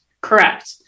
Correct